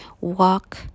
walk